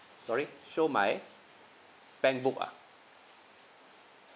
sorry show my bank book ah